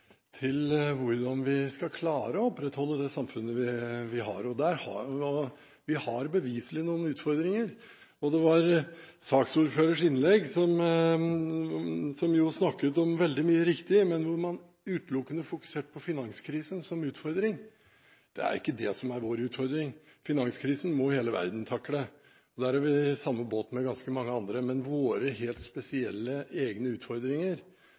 samfunnet vi har. Vi har beviselig noen utfordringer. Saksordføreren snakket om veldig mye riktig i sitt innlegg, men fokuserte utelukkende på finanskrisen som utfordring. Det er ikke det som er vår utfordring. Finanskrisen må hele verden takle, der er vi i samme båt med ganske mange andre. Våre helt spesielle egne utfordringer